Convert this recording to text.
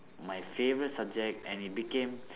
my favourite subject and it became